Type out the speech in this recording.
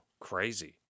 Crazy